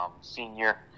senior